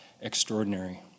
extraordinary